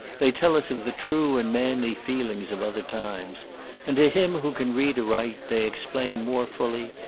they tell us of the true and manly feelings of other times and to him who can read aright, they explain more fully,